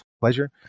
pleasure